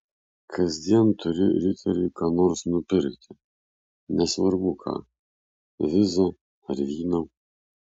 kasdien turiu riteriui ką nors nupirkti nesvarbu ką vizą ar vyno